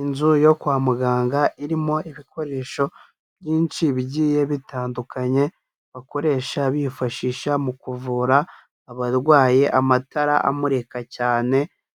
Inzu yo kwa muganga irimo ibikoresho byinshi bigiye bitandukanye, bakoresha bifashisha mu kuvura abarwaye, amatara amurika cyane